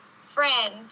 friend